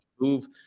move